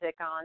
on